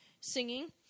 singing